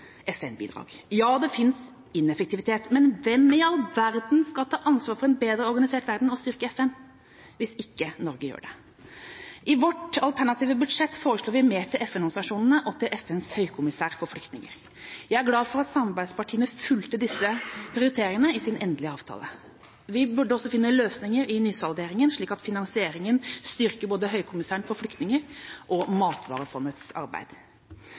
FN sier er nødvendig. Derfor er vi ikke inne i en tid da Norge kan kutte i sine FN-bidrag. Ja, det fins ineffektivitet, men hvem i all verden skal ta ansvar for en bedre organisert verden og styrke FN hvis ikke Norge gjør det? I vårt alternative budsjett foreslår vi mer til FN-organisasjonene og til FNs høykommissær for flyktninger. Jeg er glad for at samarbeidspartiene fulgte disse prioriteringene i sin endelige avtale. Vi burde også finne løsninger i nysalderingen, slik at finansieringa styrker